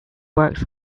works